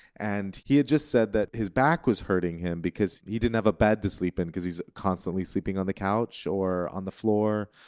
and he had just said that his back was hurting him because he didn't have a bed to sleep in because he's constantly sleeping on the couch or on the floor.